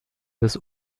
bis